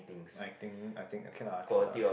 I think I think okay lah true lah true